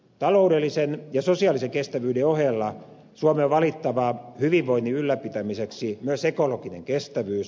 taloudellisen ja sosiaalisen kestävyyden ohella suomen on valittava hyvinvoinnin ylläpitämiseksi myös ekologinen kestävyys